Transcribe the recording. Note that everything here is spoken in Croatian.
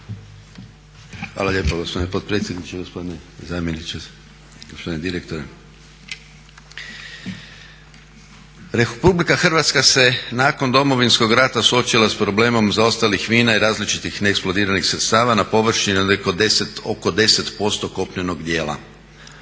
Hvala lijepo gospodine potpredsjedniče, gospodine zamjeniče, gospodine direktore. RH se nakon Domovinskog rata suočila s problemom zaostalih mina i različitih neeksplodiranih sredstava na površini od oko 10% kopnenog djela.